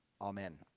Amen